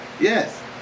Yes